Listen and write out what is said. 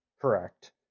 Correct